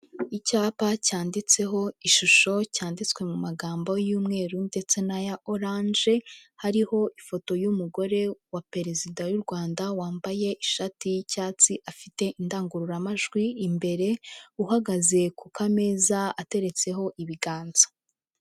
Icyapa cyanditseho ishusho cyanditswe mu magambo y'umweru ndetse n'aya oranje, hariho ifoto y'umugore wa perezida w'u Rwanda wambaye ishati y'icyatsi afite indangururamajwi imbere, uhagaze ku kameza ateretseho ibiganza.